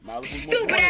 stupid